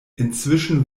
inzwischen